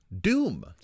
Doom